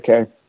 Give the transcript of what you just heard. okay